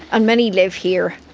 and many live here.